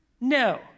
No